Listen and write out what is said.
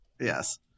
Yes